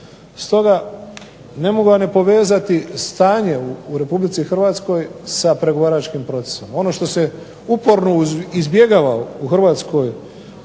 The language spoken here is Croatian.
Stoga, ne mogu one povezati stanje u Republici Hrvatskoj sa pregovaračkim procesom. Ono što se uporno izbjegava u Hrvatskoj